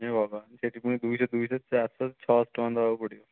ହେ ଭଗବାନ ସେଠି ପୁଣି ଦୁଇଶହ ଦୁଇଶହ ଚାରିଶହ ଛଅଶହ ଟଙ୍କା ଦେବାକୁ ପଡ଼ିବ